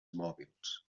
mòbils